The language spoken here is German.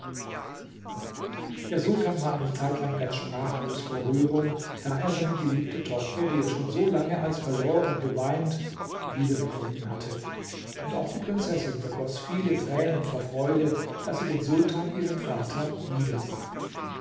der sultan war eine zeit lang ganz sprachlos vor rührung da er seine geliebte tochter die er schon so lange als verloren beweint wiedergefunden hatte und auch die prinzessin vergoß viele tränen vor freude daß sie den sultan ihren vater wiedersah